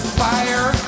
fire